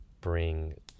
bring